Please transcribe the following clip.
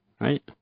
Right